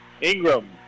Ingram